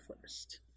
first